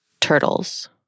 turtles